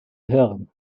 hören